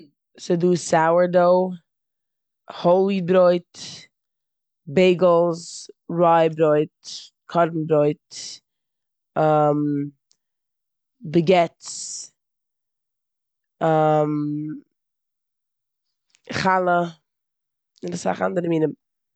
ס'דא סאוער דאוו, האל וויט ברויט, בעיגעלס, ריי ברויט, קארן ברויט, באגעטס, חלה און אסאך אנדערע מינע.